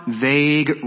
vague